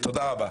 תודה רבה.